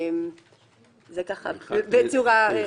זה בצורה רחבה.